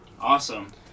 Awesome